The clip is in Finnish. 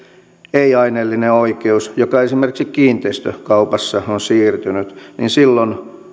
ei aineellinen oikeus joka esimerkiksi kiinteistökaupassa on siirtynyt silloin